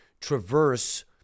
traverse